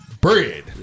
bread